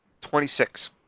twenty-six